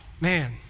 man